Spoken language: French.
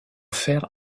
faire